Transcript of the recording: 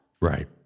Right